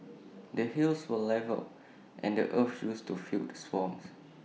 the hills were levelled and the earth used to fill the swamps